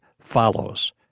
follows